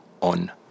on